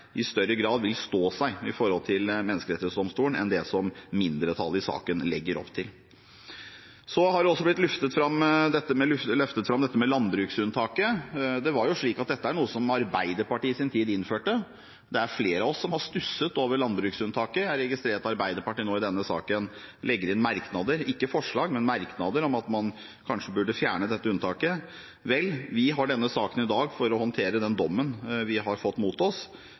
i større grad vil stå seg i forhold til Menneskerettsdomstolen enn det som mindretallet i saken legger opp til. Så har dette med landbruksunntaket også blitt løftet fram. Det er jo slik at dette er noe som Arbeiderpartiet i sin tid innførte. Det er flere av oss som har stusset over landbruksunntaket. Jeg registrerer at Arbeiderpartiet nå i denne saken legger inn merknader – ikke forslag, men merknader – om at man kanskje burde fjerne dette unntaket. Vel, vi har denne saken i dag for å håndtere den dommen vi har fått mot oss,